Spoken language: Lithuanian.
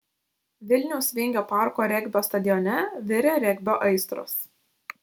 vilniaus vingio parko regbio stadione virė regbio aistros